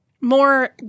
More